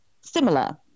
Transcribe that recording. similar